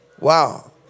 Wow